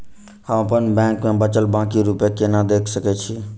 हम अप्पन बैंक मे बचल बाकी रुपया केना देख सकय छी?